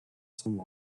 some